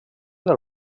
del